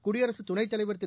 குடியரசுத் துணைத் தலைவர் திரு